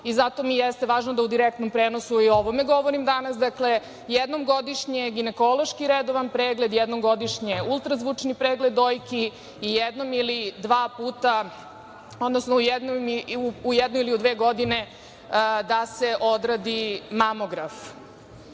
i zato mi jeste važno da u direktnom prenosu o ovome govorim danas. Jednom godišnje ginekološki redovan pregled, jednom godišnje ultrazvučni pregled dojki i jednom ili dva puta, odnosno jednom ili u dve godine da se odradi mamograf. Da